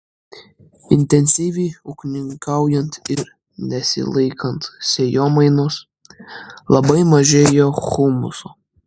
intensyviai ūkininkaujant ir nesilaikant sėjomainos labai mažėja humuso